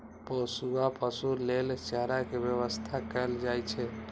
पोसुआ पशु लेल चारा के व्यवस्था कैल जाइ छै